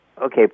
Okay